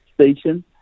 station